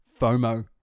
FOMO